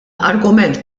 argument